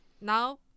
Now